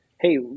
hey